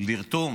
לרתום